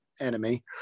enemy